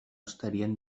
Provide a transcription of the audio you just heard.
estarien